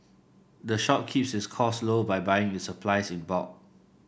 the shop keeps its costs low by buying its supplies in bulk